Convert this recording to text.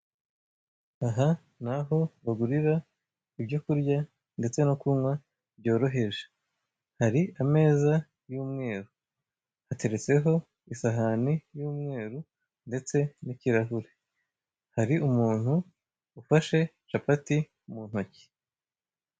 Aha ni aho bagurira ibyo kurya ndetse no kunywa byoroheje. Hari ameza y'umweru, hateretseho isahani y'umweru ndetse n'ikirahure ;hari umuntu ufashe capati mu ntoki.